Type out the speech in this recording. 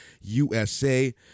USA